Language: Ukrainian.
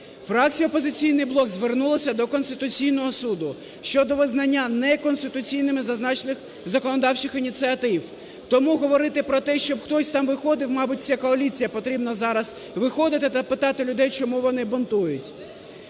Фракція "Опозиційний блок" звернулася до Конституційного Суду щодо визнання неконституційними зазначених законодавчих ініціатив. Тому говорити про те, щоб хтось там виходив, мабуть це коаліції потрібно зараз виходити та питати людей, чому вони бунтують.